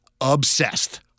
obsessed